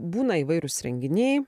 būna įvairūs renginiai